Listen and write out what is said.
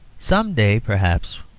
some day, perhaps,